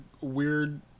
weird